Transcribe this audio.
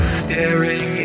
staring